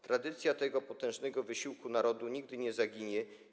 Tradycja tego potężnego wysiłku narodu nigdy nie zaginie.